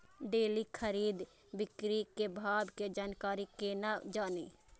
Daily खरीद बिक्री के भाव के जानकारी केना जानी?